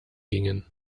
gingen